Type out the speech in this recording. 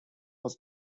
was